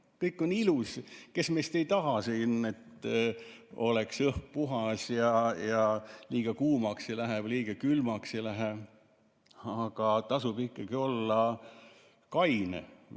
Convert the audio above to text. Kõik on ilus, kes meist ei taha, et siin oleks õhk puhas ja liiga kuumaks ei läheks või liiga külmaks ei läheks. Aga tasub ikkagi olla kaine,